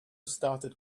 started